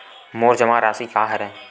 मोर जमा राशि का हरय?